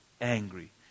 angry